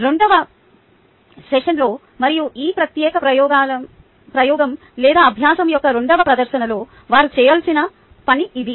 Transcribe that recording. రెండవ సెషన్లో మరియు ఈ ప్రత్యేక ప్రయోగం లేదా అభ్యాసం యొక్క రెండవ దశలో వారు చేయాల్సిన పని ఇది